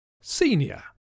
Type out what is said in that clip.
Senior